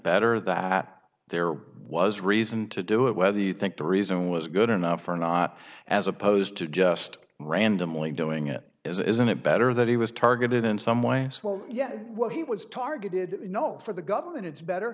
better that there was reason to do it whether you think the reason was good enough or not as opposed to just randomly doing it isn't it better that he was targeted in some way yes well he was targeted you know for the government it's better